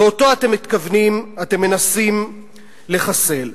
ואותו אתם מנסים לחסל.